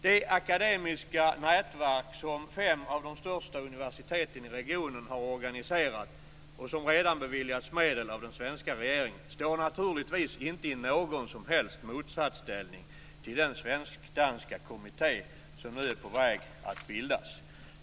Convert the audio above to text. Det akademiska nätverk som fem av de största universiteten i regionen har organiserat och som redan beviljats medel av den svenska regeringen står naturligtvis inte i någon som helst motsatsställning till den svensk-danska kommitté som nu är på väg att bildas.